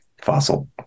fossil